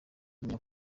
umenya